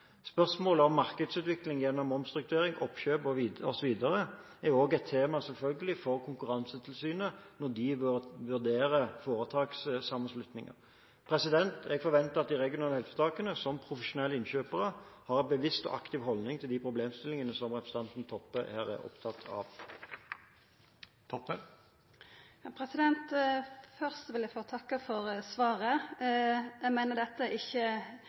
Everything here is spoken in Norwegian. Spørsmålet om markedsutviklingen gjennom omstrukturering, oppkjøp osv. er selvfølgelig også et tema for Konkurransetilsynet når de vurderer foretakssammenslutninger. Jeg forventer at de regionale helseforetakene, som profesjonelle innkjøpere, har en bevisst og aktiv holdning til de problemstillingene som representanten Toppe her er opptatt av. Først vil eg få takka for svaret. Eg meiner dette